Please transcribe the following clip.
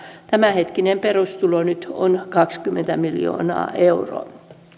tämänhetkinen perustulo nyt on kaksikymmentä miljoonaa euroa esityksessä